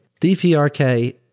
DPRK